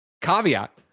Caveat